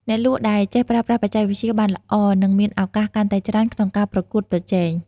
អ្នកលក់ដែលចេះប្រើប្រាស់បច្ចេកវិទ្យាបានល្អនឹងមានឱកាសកាន់តែច្រើនក្នុងការប្រកួតប្រជែង។